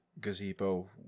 gazebo